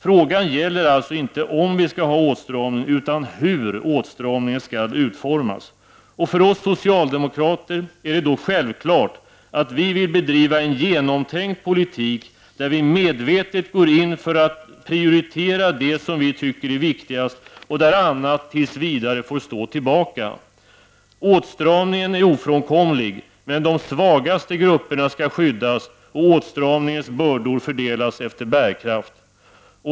Frågan gäller inte om vi skall ha åtstramning utan hur åtstramningen skall utformas. För oss socialdemokrater är det självklart att vi vill bedriva en genomtänkt politik där vi medvetet går in för att prioritera det som vi tycker är viktigast och där annat tills vidare får stå tillbaka. Åtstramningen är ofrånkomlig, men de svagaste grupperna skall skyddas och åtstramningens bördor fördelas efter bärkraft.